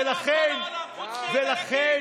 ולכן